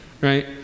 right